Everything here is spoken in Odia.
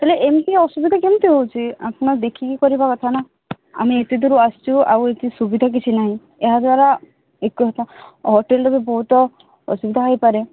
ହେଲେ ଏମିତି ଅସୁବିଧା କେମିତି ହେଉଛି ଆପଣ ଦେଖିକି କରିବା କଥା ନା ଆମେ ଏତେ ଦୂରୁ ଆସିୁଛୁ ଆଉ ଏଠି ସୁବିଧା କିଛି ନାହିଁ ଏହାଦ୍ୱାରା ହୋଟେଲ୍ରେ ବି ବହୁତ ଅସୁବିଧା ହୋଇପାରେ